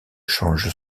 change